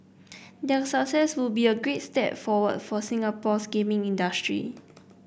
their success would be a great step forward for Singapore's gaming industry